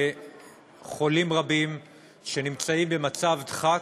לחולים רבים שנמצאים במצב דחק,